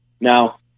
Now